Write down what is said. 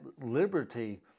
liberty